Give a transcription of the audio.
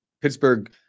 Pittsburgh